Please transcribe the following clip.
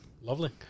lovely